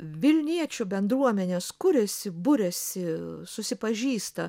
vilniečių bendruomenės kuriasi buriasi susipažįsta